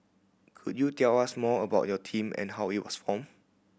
could you tell us more about your team and how it was formed